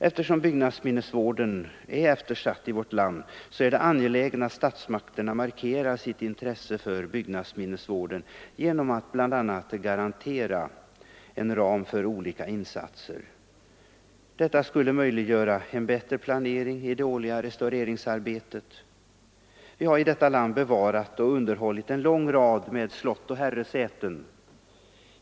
Eftersom byggnadsminnesvården är eftersatt i vårt land är det angeläget att statsmakterna markerar sitt intresse för byggnadsminnesvården genom att bl.a. garantera en ram för olika insatser. Detta skulle möjliggöra en bättre planering i det årliga restaureringsarbetet. Vi har i detta land bevarat och underhållit en lång rad slott och herresäten.